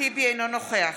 אינו נוכח